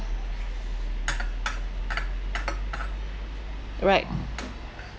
right